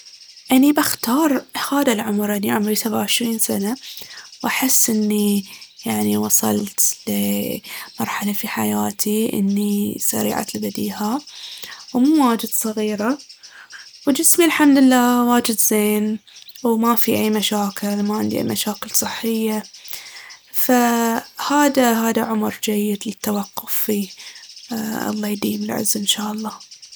أني بختار هذا العمر، أني عمري سبعة وعشرين سنة. وأحس إني يعني وصلت لي مرحلة في حياتي إني سريعة البديهة ومو واجد صغيرة وجسمي الحمد لله واجد زين وما فيه أي مشاكل، ما عندي أي مشاكل صحية. فهذا- هذا عمر جيد للتوقف فيه. الله يديم العز إنشالله.